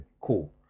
Cool